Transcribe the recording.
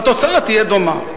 והתוצאה תהיה דומה.